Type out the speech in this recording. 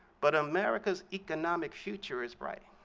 but america's economic future is bright.